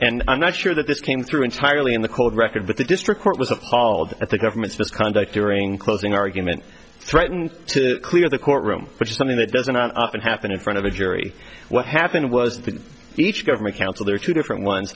and i'm not sure that this came through entirely in the court record but the district court was appalled at the government's misconduct during closing argument threatened to clear the courtroom which is something that doesn't often happen in front of a jury what happened was that each government counsel their two different ones